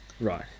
right